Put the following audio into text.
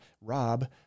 rob